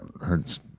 hurts